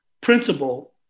principle